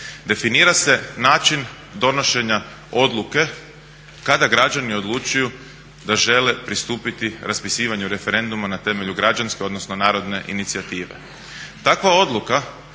Definira se način donošenja odluke kada građani odlučuju da žele pristupiti raspisivanju referenduma na temelju građanske, odnosno narodne inicijative.